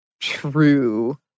true